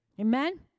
Amen